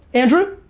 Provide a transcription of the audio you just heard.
andrew?